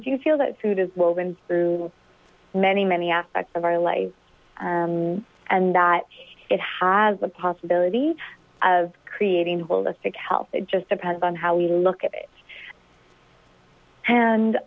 do feel that food is woven through many many aspects of our life and that it has the possibility of creating holistic health it just depends on how you look at it and